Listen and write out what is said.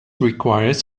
requires